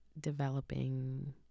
developing